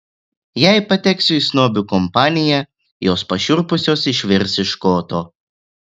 jei pateksiu į snobių kompaniją jos pašiurpusios išvirs iš koto